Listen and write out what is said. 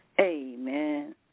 Amen